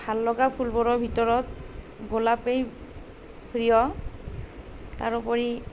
ভাল লগা ফুলবোৰৰ ভিতৰত গোলাপেই প্ৰিয় তাৰ উপৰি